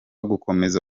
gukomeza